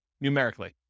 numerically